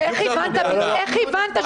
איך הבנת?